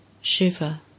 Shiva